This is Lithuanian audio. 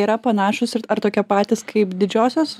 yra panašūs ir ar tokie patys kaip didžiosios